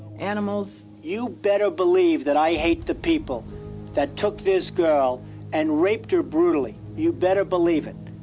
animals. you better believe that i hate the people that took this girl and raped her brutally. you better believe it.